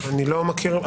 אני לא מכיר.